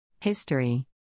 History